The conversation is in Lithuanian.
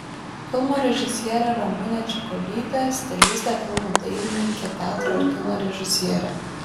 filmo režisierė ramunė čekuolytė stilistė filmų dailininkė teatro ir kino režisierė